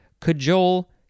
Cajole